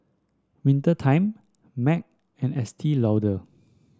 Winter Time Mac and Estee Lauder